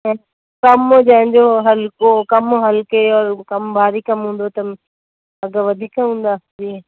ऐं कमु जंहिंजो हल्को कमु हल्के और भारी कमु हूंदो त अघु वधीक हूंदा जीअं